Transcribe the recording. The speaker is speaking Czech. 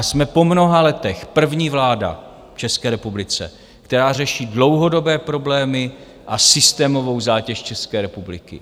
Jsme po mnoha letech první vláda v České republice, která řeší dlouhodobé problémy a systémovou zátěž České republiky.